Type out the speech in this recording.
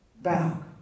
back